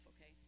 okay